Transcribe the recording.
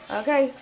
okay